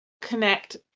connect